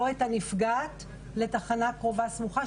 או את הנפגעת לתחנה קרובה סמוכה,